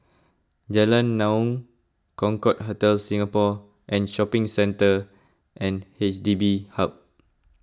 Jalan Naung Concorde Hotel Singapore and Shopping Centre and H D B Hub